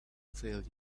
failure